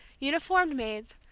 uniformed maids,